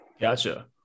Gotcha